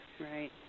right